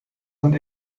sind